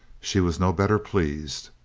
she was no better pleased.